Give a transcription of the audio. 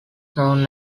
known